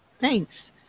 Thanks